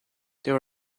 there